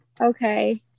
Okay